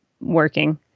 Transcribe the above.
working